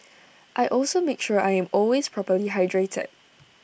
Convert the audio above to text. I also make sure I am always properly hydrated